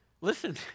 Listen